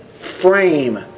frame